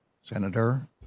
Senator